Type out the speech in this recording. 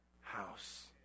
house